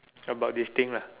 about this thing lah